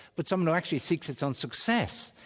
but someone who actually seeks its own success,